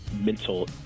mental